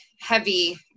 heavy